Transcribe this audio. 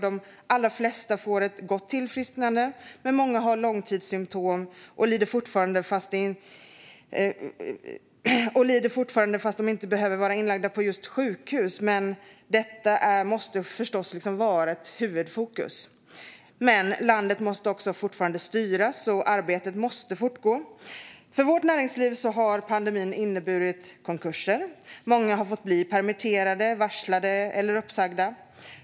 De allra flesta får ett gott tillfrisknande, men många har långtidssymtom och lider fortfarande även om de inte behöver vara inlagda på sjukhus. Detta måste förstås vara i huvudfokus. Men landet måste också fortsätta att styras, och arbetet måste fortgå. För vårt näringsliv har pandemin inneburit konkurser. Många har blivit permitterade, varslade eller uppsagda.